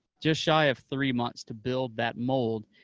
just shy of three months to build that mold,